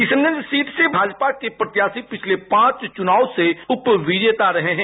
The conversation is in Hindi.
किशनगंज सीट से भाजपा के प्रत्याशी पिछले पांच चुनाव से उपविजेता रहे हैं